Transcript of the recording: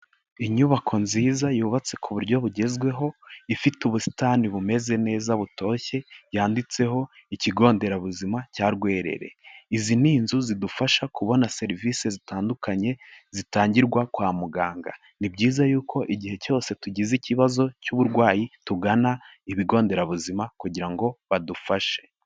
Inyubako nziza yubatse ku buryo bugezweho ifite ubusitani bumeze neza butoshye yanditseho ikigo nderabuzima cya Rwerere, izi ni inzu zidufasha kubona serivise zitandukanye zitangirwa kwa muganga, ni byiza y'uko igihe cyose tugize ikibazo cy'uburwayi tugana ibigo nderabuzima kugira ngo badufashe.